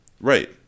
Right